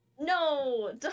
No